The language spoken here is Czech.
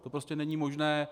To prostě není možné.